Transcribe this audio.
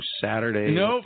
Saturday